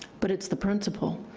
but it's the principle.